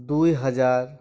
ᱫᱩᱭ ᱦᱟᱡᱟᱨ